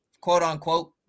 quote-unquote